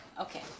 Okay